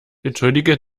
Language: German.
entschuldige